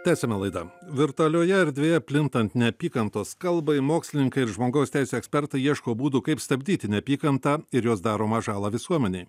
tęsiame laidą virtualioje erdvėje plintant neapykantos kalbai mokslininkai ir žmogaus teisių ekspertai ieško būdų kaip stabdyti neapykantą ir jos daromą žalą visuomenei